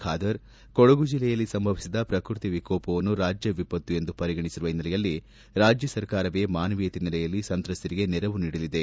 ಖಾದರ್ ಕೊಡಗು ಜಿಲ್ಲೆಯಲ್ಲಿ ಸಂಭವಿಸಿದ ಪ್ರಕೃತಿ ವಿಕೋಪವನ್ನು ರಾಜ್ಯ ವಿಪತ್ತು ಎಂದು ಪರಿಗಣಿಸಿರುವ ಹಿನ್ನಲೆಯಲ್ಲಿ ರಾಜ್ಯ ಸರಕಾರವೇ ಮಾನವೀಯತೆ ನೆಲೆಯಲ್ಲಿ ಸಂತ್ರಸ್ಥರಿಗೆ ನೆರವು ನೀಡಲಿದೆ